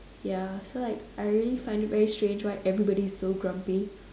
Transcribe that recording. ya so like I really find it very strange why everybody is so grumpy